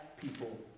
people